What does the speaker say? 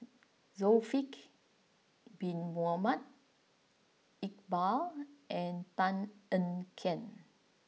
Bin Mohamed Iqbal and Tan Ean Kiam